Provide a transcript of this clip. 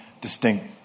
distinct